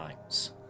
times